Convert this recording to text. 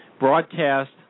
broadcast